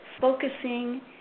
focusing